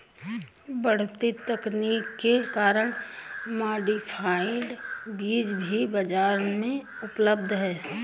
बढ़ती तकनीक के कारण मॉडिफाइड बीज भी बाजार में उपलब्ध है